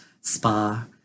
spa